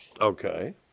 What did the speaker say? Okay